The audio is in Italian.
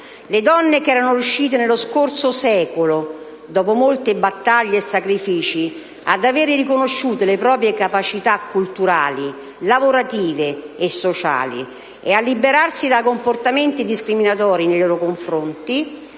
Le donne, che erano riuscite nello scorso secolo, dopo molte battaglie e sacrifici, ad aver riconosciute le proprie capacità culturali, lavorative e sociali e a liberarsi da comportamenti discriminatori nei loro confronti,